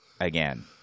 Again